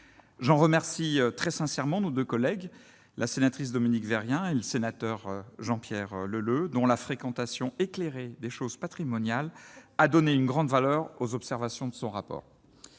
j'en remercie très sincèrement nos 2 collègues la sénatrice Dominique veut rien et le sénateur Jean-Pierre Leleux, dont la fréquentation éclairé des choses patrimonial, a donné une grande valeur aux observations de son rapport,